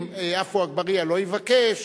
אם עפו אגבאריה לא יבקש,